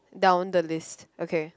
down the list okay